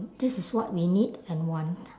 this is what we need and want